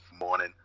morning